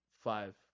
Five